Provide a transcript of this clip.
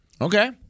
Okay